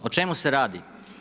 O čemu se radi?